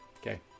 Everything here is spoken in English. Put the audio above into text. Okay